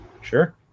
sure